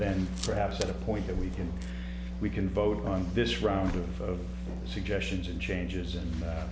than perhaps at a point that we can we can vote on this round of suggestions and changes and